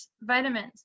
vitamins